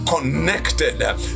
connected